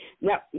now